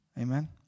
Amen